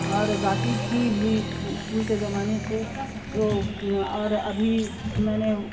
اور گاتی تھی بھی اسکول کے زمانے سے سو اور ابھی میں نے